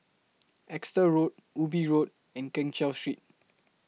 Exeter Road Ubi Road and Keng Cheow Street